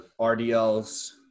RDLs